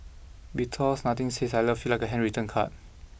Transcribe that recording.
because nothing says I love you like a handwritten card